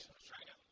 australia.